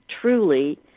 truly